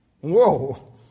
Whoa